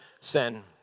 sin